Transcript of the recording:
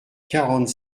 quarante